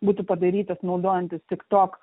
būtų padarytas naudojantis tiktok